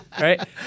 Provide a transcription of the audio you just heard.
Right